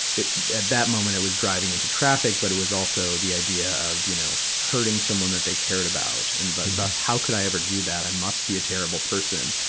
it, at that moment, it was driving into traffic, but it was also the idea of, you know, hurting someone that they cared about. and thus, how could i ever do that? i must be a terrible person.